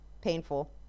painful